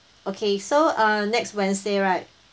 okay so uh next wednesday right